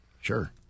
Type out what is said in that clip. Sure